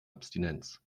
abstinenz